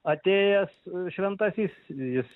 atėjęs šventasis jis